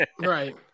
Right